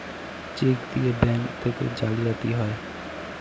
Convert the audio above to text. check দিয়ে bank থেকে জালিয়াতি হয়